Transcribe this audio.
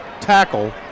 tackle